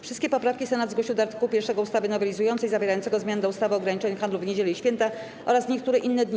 Wszystkie poprawki Senat zgłosił do art. 1 ustawy nowelizującej, zawierającego zmiany do ustawy o ograniczeniu handlu w niedziele i święta oraz w niektóre inne dni.